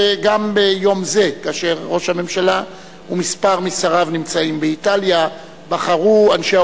שבזמן שבו ראש ממשלה נמצא בחוץ-לארץ,